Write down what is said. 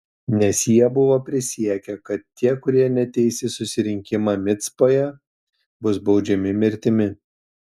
nes jie buvo prisiekę kad tie kurie neateis į susirinkimą micpoje bus baudžiami mirtimi